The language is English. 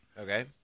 Okay